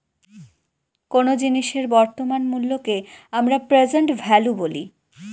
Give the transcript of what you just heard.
কোন জিনিসের বর্তমান মুল্যকে আমরা প্রেসেন্ট ভ্যালু বলি